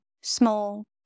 small